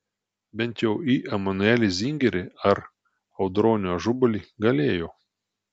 bent jau į emanuelį zingerį ar audronių ažubalį galėjo